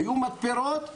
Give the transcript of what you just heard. היו מתפרות ונסגרו.